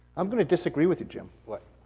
i'm gonna disagree with you, jim. what?